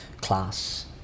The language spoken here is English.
class